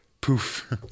poof